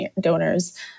donors